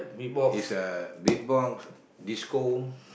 is a beatbox disco